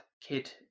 kid